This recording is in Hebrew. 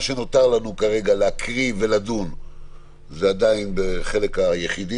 נותר לנו כרגע להקריא ולדון בחלק היחידים,